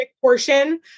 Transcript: portion